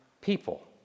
people